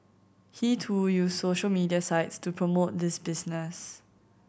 he too used social media sites to promote this business